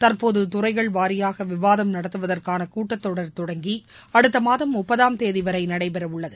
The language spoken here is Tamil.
தற்போது துறைகள் வாரியாக விவாதம் நடத்துவதற்கான கூட்டத்தொடர் தொடங்கி அடுத்த மாதம் முப்பதாம் தேதிவரை நடைபெற உள்ளது